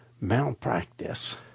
malpractice